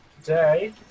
Today